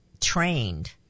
trained